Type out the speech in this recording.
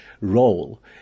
role